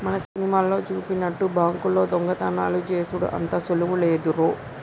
మన సినిమాలల్లో జూపినట్టు బాంకుల్లో దొంగతనాలు జేసెడు అంత సులువు లేదురో